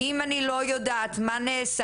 אם אני לא יודעת מה נעשה,